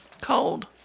Cold